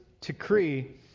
decree